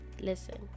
Listen